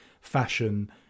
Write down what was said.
fashion